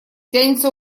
тянется